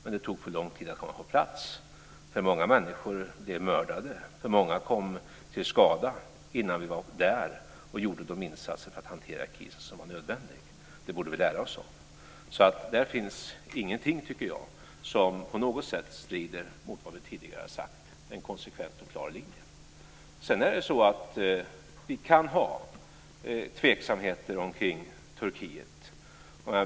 Men det tog för lång tid att komma på plats, för många människor blev mördade och många kom till skada innan vi var där och gjorde de insatser för att hantera krisen som var nödvändiga. Det borde vi lära oss av. Det finns alltså ingenting, tycker jag, som på något sätt strider mot vad vi tidigare har sagt. Det är en konsekvent och klar linje. Sedan kan vi ha tveksamheter omkring Turkiet.